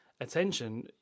attention